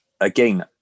again